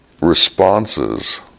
responses